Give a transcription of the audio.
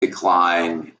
decline